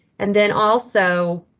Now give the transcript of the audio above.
and then also.